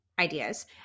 ideas